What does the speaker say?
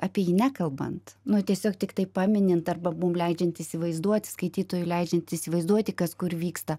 apie jį nekalbant nu tiesiog tiktai paminint arba mum leidžiant įsivaizduot skaitytojui leidžiant įsivaizduoti kas kur vyksta